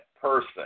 person